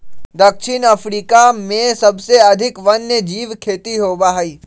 दक्षिण अफ्रीका में सबसे अधिक वन्यजीव खेती होबा हई